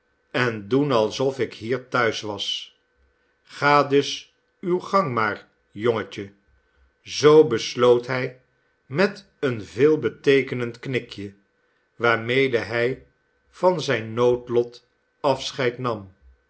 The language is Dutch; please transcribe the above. en doen alsof ik hier thuis was ga dus uw gang maar jongetje zoo besloot hij met een veelbeteekenend knikje waarmede hij van zijn noodlot afscheid nam